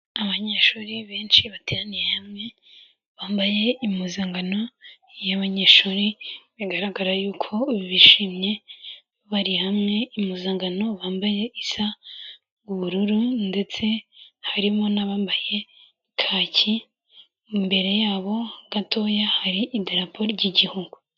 Abanyeshuri benshi bateraniye hamwe, bambaye impuzankano y'abanyeshuri, bigaragara yuko bishimye bari hamwe, impuzankano bambaye, isa ubururu ndetse harimo n'abambaye kaki, imbere yabo gatoya, hari idarapo ry'Igihugu.